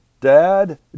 dad